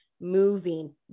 moving